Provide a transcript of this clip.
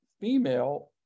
female